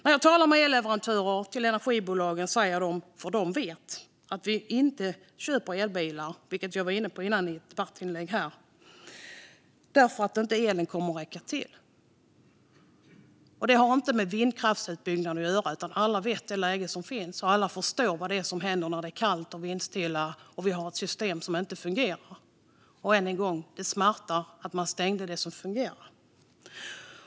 När jag talar med elleverantörer till energibolagen säger de att de vet att vi inte köper elbilar - vilket jag var inne på tidigare i debatten - därför att elen inte kommer att räcka till. Och det har inte med vindkraftsutbyggnaden att göra, utan alla känner till läget. Alla förstår vad det är som händer när det är kallt och vindstilla och vi har ett system som inte fungerar. Än en gång: Det smärtar att man stängde det som fungerar.